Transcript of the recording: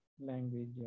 language